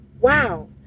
wow